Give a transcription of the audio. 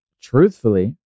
truthfully